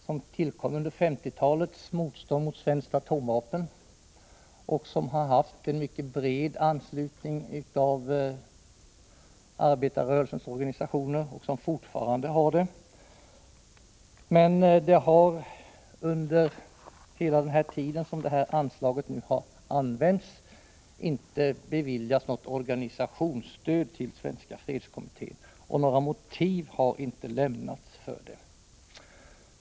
Den tillkom under 1950-talets motstånd mot svenska atomvapen och har haft, och har fortfarande, en mycket bred anslutning av arbetarrörel sens organisationer. Men under hela den tid som anslaget för information om fredsoch nedrustningssträvanden har funnits har inte Svenska fredskommittén beviljats något organisationsstöd. Något motiv för detta har inte lämnats.